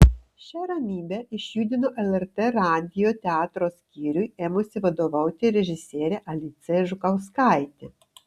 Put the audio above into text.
šią ramybę išjudino lrt radijo teatro skyriui ėmusi vadovauti režisierė alicija žukauskaitė